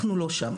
אנחנו לא שם.